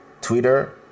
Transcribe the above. twitter